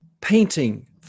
painting